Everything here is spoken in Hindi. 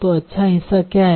तो अच्छा हिस्सा क्या है